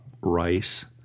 rice